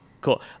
Cool